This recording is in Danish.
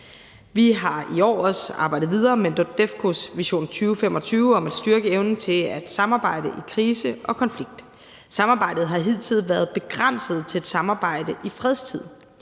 Vi har i år også arbejdet videre med »NORDEFCO Vision 2025« om at styrke evnen til at samarbejde i krise og konflikt. Samarbejdet har hidtil været begrænset til et samarbejde i fredstid.